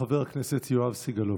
חבר הכנסת יואב סגלוביץ'.